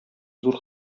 зур